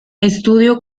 estudio